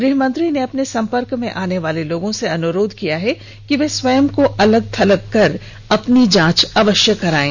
गृहमंत्री ने अपने संपर्क में आने वाले लोगों से अनुरोध किया है कि वे स्वयं को अलग थलग कर अपनी जांच कराएं